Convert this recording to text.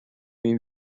این